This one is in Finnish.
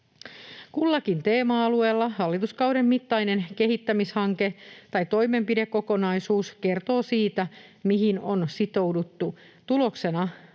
Kullakin teema-alueella hallituskauden mittainen kehittämishanke tai toimenpidekokonaisuus kertoo siitä, mihin on sitouduttu. Tuloksena odotetaan